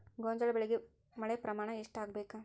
ಗೋಂಜಾಳ ಬೆಳಿಗೆ ಮಳೆ ಪ್ರಮಾಣ ಎಷ್ಟ್ ಆಗ್ಬೇಕ?